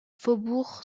faubourg